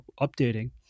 updating